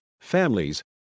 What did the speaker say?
families